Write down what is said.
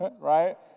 right